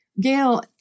Gail